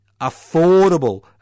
affordable